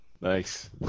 Nice